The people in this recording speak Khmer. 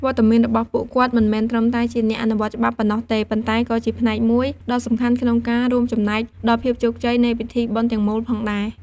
វត្តមានរបស់ពួកគាត់មិនមែនត្រឹមតែជាអ្នកអនុវត្តច្បាប់ប៉ុណ្ណោះទេ ប៉ុន្តែក៏ជាផ្នែកមួយដ៏សំខាន់ក្នុងការរួមចំណែកដល់ភាពជោគជ័យនៃពិធីបុណ្យទាំងមូលផងដែរ។